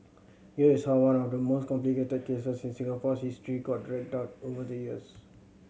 here is how one of the most complicated cases in Singapore's history got dragged out over the years